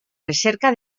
recerca